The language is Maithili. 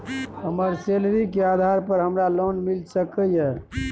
हमर सैलरी के आधार पर हमरा लोन मिल सके ये?